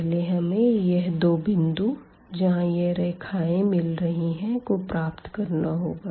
पहले हमें यह दो बिंदु जहाँ यह रेखाएं मिल रही है को प्राप्त करना होगा